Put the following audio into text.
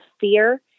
fear